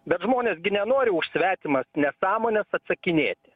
bet žmonės gi nenori už svetimas nesąmones atsakinėti